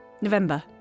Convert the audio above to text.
November